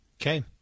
Okay